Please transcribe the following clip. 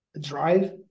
drive